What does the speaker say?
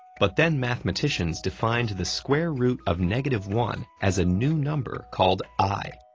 but then mathematicians defined the square root of negative one as a new number called i,